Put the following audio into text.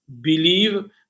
believe